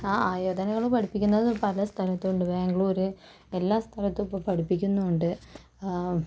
ആ ആയോധനകള് പഠിപ്പിക്കുന്നത് പല സ്ഥലത്തും ഉണ്ട് ബാംഗ്ലൂര് എല്ലാ സ്ഥലത്തും ഇപ്പം പഠിപ്പിക്കുന്നുണ്ട്